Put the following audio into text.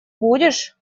будешь